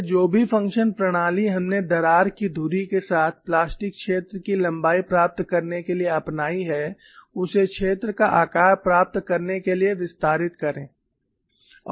इसलिए जो भी फंक्शन प्रणाली हमने दरार की धुरी के साथ प्लास्टिक क्षेत्र की लंबाई प्राप्त करने के लिए अपनाई है उसे क्षेत्र का आकार प्राप्त करने के लिए विस्तारित करें